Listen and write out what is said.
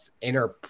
inner